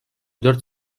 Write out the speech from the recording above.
dört